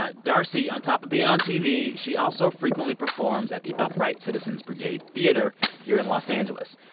ah d'arcy on top of being on tv, she also frequently performs at the upright citizens brigade theatre here in los angeles.